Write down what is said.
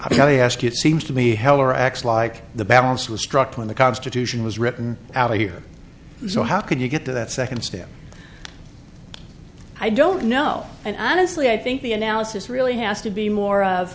i tell you ask it seems to me heller acts like the balance was struck when the constitution was written out here so how could you get to that second step i don't know and i honestly i think the analysis really has to be more of